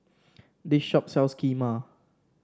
this shop sells Kheema